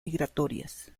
migratorias